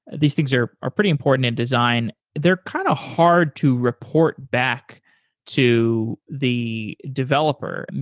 these things are are pretty important in design. they're kind of hard to report back to the developer.